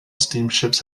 steamships